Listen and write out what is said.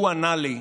הוא ענה לי: